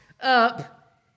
up